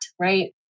right